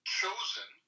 chosen